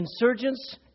insurgents